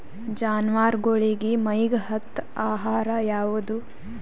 ಜಾನವಾರಗೊಳಿಗಿ ಮೈಗ್ ಹತ್ತ ಆಹಾರ ಯಾವುದು?